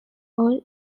all